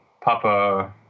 Papa